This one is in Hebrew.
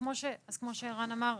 כמו שערן אמר,